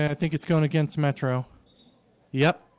i think it's going against metro yep,